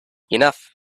enough